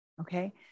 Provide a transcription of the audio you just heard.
Okay